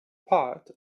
part